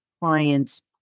clients